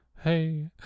Hey